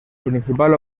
principal